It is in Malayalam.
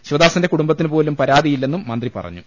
ശിവദാ സന്റെ കൂടുംബത്തിന് പോലും പരാതിയില്ലെന്നും മന്ത്രി പറ ഞ്ഞു